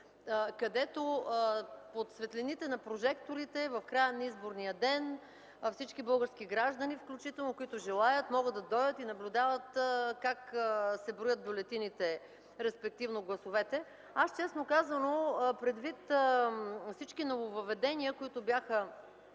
където под светлините на прожекторите в края на изборния ден всички български граждани, включително, които желаят, могат да дойдат и да наблюдават как се броят бюлетините, респективно гласовете. Честно казано, предвид всички нововъведения, които бяха